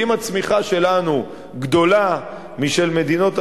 ואם הצמיחה שלנו גדולה משל מדינות אחרות,